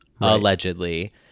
allegedly